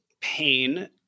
pain